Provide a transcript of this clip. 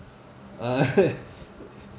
uh